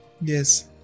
yes